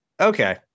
Okay